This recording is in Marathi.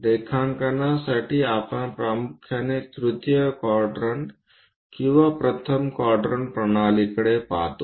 रेखांकनासाठी आपण प्रामुख्याने तृतीय क्वाड्रंट किंवा प्रथम क्वाड्रंट प्रणालीकडे पाहतो